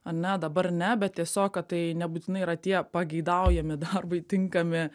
ane dabar ne bet tiesiog kad tai nebūtinai yra tie pageidaujami darbui tinkami